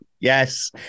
Yes